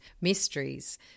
mysteries